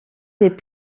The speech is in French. des